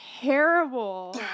terrible